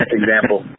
example